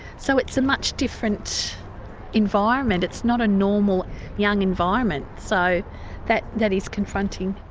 so it's a much different environment. it's not a normal young environment. so that that is confronting.